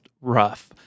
rough